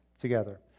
together